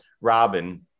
Robin